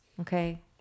okay